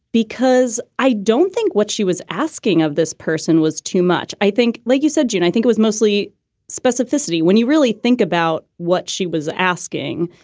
because i don't think what she was asking of this person was too much. i think like you said, jane, i think it was mostly specificity when you really think about what she was asking.